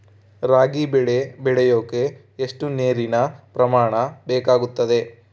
ರಾಗಿ ಬೆಳೆ ಬೆಳೆಯೋಕೆ ಎಷ್ಟು ನೇರಿನ ಪ್ರಮಾಣ ಬೇಕಾಗುತ್ತದೆ?